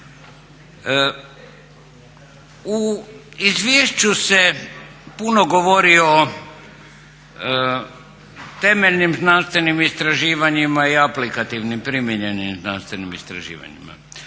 U izvješću se puno govori o temeljnim znanstvenim istraživanjima i aplikativnim primijenjenim znanstvenim istraživanjima.